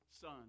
son